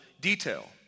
detail